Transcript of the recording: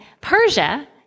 Persia